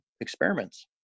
experiments